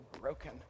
broken